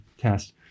test